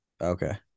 Okay